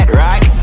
right